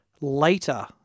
later